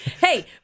Hey